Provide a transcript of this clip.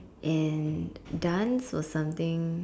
and dance was something